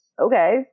okay